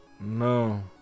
No